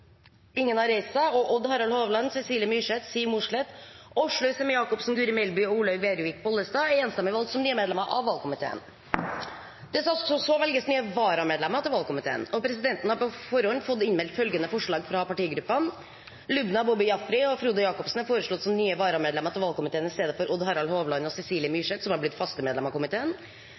Odd Harald Hovland, Cecilie Myrseth, Siv Mossleth, Åslaug Sem-Jacobsen, Guri Melby og Olaug Vervik Bollestad er enstemmig valgt som nye medlemmer av valgkomiteen. Det skal så velges nye varamedlemmer til valgkomiteen, og presidenten har på forhånd fått innmeldt følgende forslag fra partigruppene: Lubna Boby Jaffery og Frode Jacobsen er foreslått som nye varamedlemmer til valgkomiteen i stedet for Odd Harald Hovland og Cecilie Myrseth, som har blitt faste medlemmer av komiteen.